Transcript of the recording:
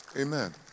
amen